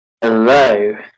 Hello